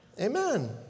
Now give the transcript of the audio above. Amen